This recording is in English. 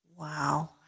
Wow